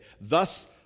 Thus